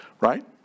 right